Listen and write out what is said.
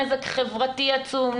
נזק חברתי עצום,